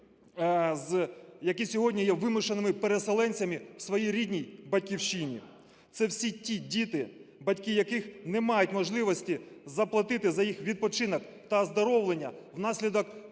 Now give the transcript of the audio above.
які сьогодні є вимушеними переселенцями у своїй рідній Батьківщині. Це всі ті діти, батьки яких не мають можливості заплатити за їх відпочинок та оздоровлення внаслідок